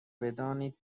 بدانید